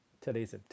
Today's